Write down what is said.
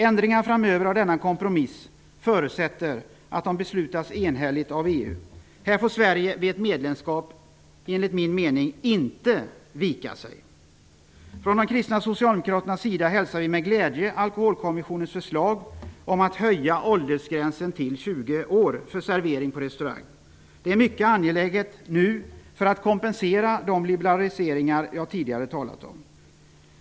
Ändringar framöver av denna kompromiss förutsätter att de beslutas enhälligt av EU. Här får Sverige vid ett medlemskap enligt min mening inte vika sig! Från de kristna socialdemokraternas sida hälsar vi med glädje Alkoholkommissionens förslag om att höja åldersgränsen till 20 år för servering på restaurang. Det är mycket angeläget nu för att kompensera de liberaliseringar som jag tidigare har talat om.